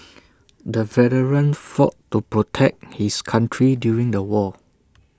the veteran fought to protect his country during the war